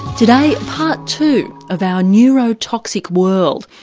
today, part two of our neurotoxic world.